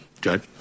Judge